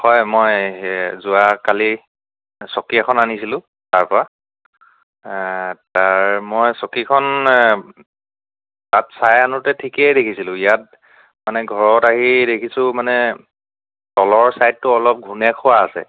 হয় মই হে যোৱা কালি চকী এখন আনিছিলোঁ তাৰপৰা তাৰ মই চকীখন তাত চাই আনোতে ঠিকেই দেখিছিলোঁ ইয়াত মানে ঘৰত আহি দেখিছোঁ মানে তলৰ চাইডটো অলপ ঘুণে খোৱা আছে